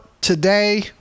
today